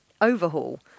overhaul